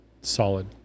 Solid